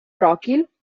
bròquil